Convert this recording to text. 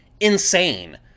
insane